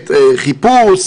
האבטחה,